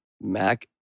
Mac